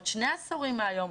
עוד שני עשורים מהיום,